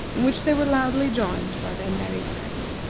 in which they were loudly joined by their merry friend.